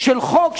של חוק,